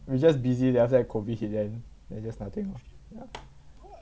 you just busy then after that COVID hit then then just nothing lah yeah